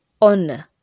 on